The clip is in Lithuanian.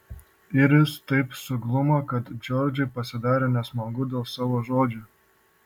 iris taip suglumo kad džordžui pasidarė nesmagu dėl savo žodžių